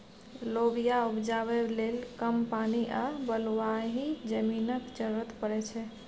लोबिया उपजाबै लेल कम पानि आ बलुआही जमीनक जरुरत परै छै